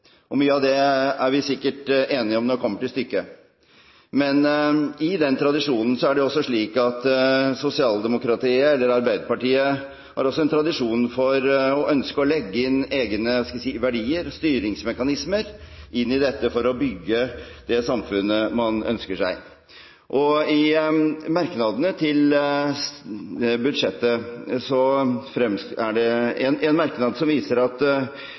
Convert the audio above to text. Mye av det er vi sikkert enige om når det kommer til stykket. Men i den tradisjonen har jo sosialdemokratiet, eller Arbeiderpartiet, også tradisjon for å ønske å legge egne, skal vi si, verdier og styringsmekanismer inn i dette, for å bygge det samfunnet man ønsker seg. I innstillingen til budsjettet er det en merknad som viser at